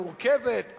מורכבת,